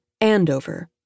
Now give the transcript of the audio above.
Andover